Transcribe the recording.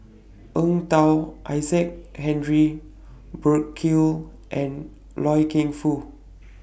Eng Tow Isaac Henry Burkill and Loy Keng Foo